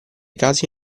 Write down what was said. casi